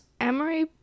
Emery